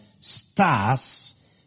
stars